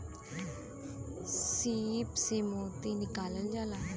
सीप से मोती निकालल जाला